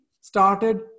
started